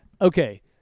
Okay